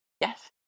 Yes